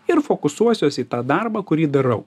ir fokusuosiuos į tą darbą kurį darau